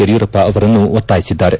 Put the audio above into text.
ಯಡಿಯೂರಪ್ಪ ಅವರನ್ನು ಒತ್ತಾಯಿಸಿದ್ದಾರೆ